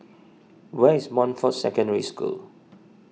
where is Montfort Secondary School